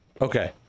Okay